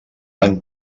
van